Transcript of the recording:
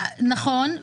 נכון,